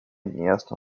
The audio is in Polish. niejasno